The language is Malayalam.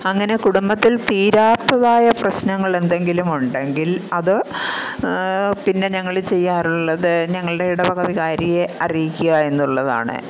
അങ്ങനെ കുടുംബത്തില് തീരാത്തതായ പ്രശ്നങ്ങളെന്തെങ്കിലും ഉണ്ടെങ്കില് അത് പിന്നെ ഞങ്ങൾ ചെയ്യാറുള്ളത് ഞങ്ങളുടെ ഇടവക വികാരിയെ അറിയിക്കുക എന്നുള്ളതാണ്